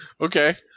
Okay